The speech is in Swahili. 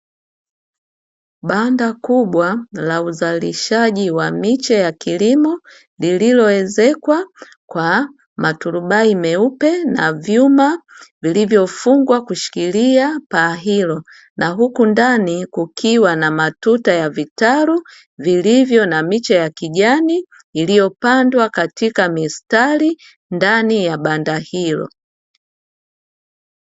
Banda kubwa la uzalishaji wa miche ya kilimo, lililoezekwa kwa maturubai meupe na vyuma vilivyofungwa kushikilia paa hilo na huku ndani kukiwa na matuta ya vitalu vilivyo na miche ya kijani iliyopandwa katika mistari ndani ya banda hilo.